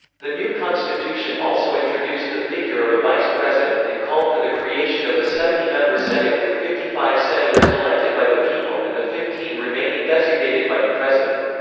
the new constitution also introduced the figure of a vice president and called for the creation of a seventy member senate with fifty five senators elected by the people and the fifteen remaining designated by the president.